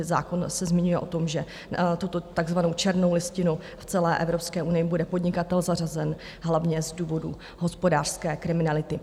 Zákon se zmiňuje o tom, že tuto takzvanou černou listinu v celé Evropské unii bude podnikatel zařazen hlavně z důvodu hospodářské kriminality.